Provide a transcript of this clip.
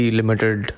limited